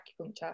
acupuncture